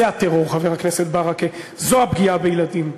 חבר הכנסת ברכה, זה הטרור, זו הפגיעה בילדים.